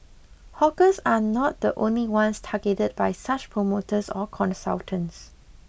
hawkers are not the only ones targeted by such promoters or consultants